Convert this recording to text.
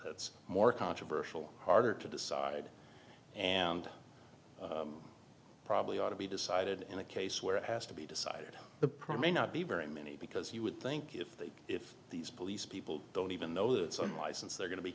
that's more controversial harder to decide and probably ought to be decided in a case where it has to be decided the probably not be very many because you would think if they if these police people don't even know that it's unlicensed they're going to be